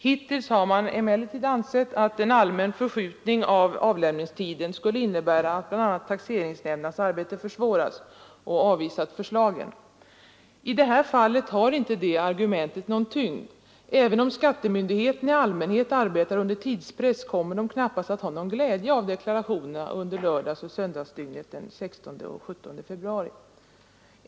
Hittills har man emellertid ansett att en allmän förskjutning av avlämningstiden skulle innebära att bl.a. taxeringsnämndernas arbete försvåras och avvisat förslagen. I det här fallet har inte det argumentet någon tyngd. Även om skattemyndigheterna i allmänhet arbetar under tidspress, kommer de knappast att ha någon glädje av deklarationerna under lördagsoch söndagsdygnen den 16 och 17 februari.